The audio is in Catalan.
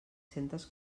centes